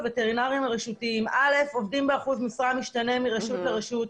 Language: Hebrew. הווטרינרים הרשותיים עובדים באחוז משרה שמשתנה מרשות לרשות,